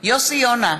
יוסי יונה,